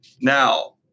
Now